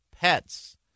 pets